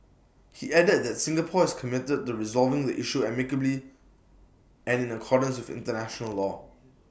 he added that Singapore is committed to resolving the issue amicably and in accordance International law